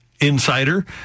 insider